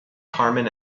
carmen